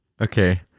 okay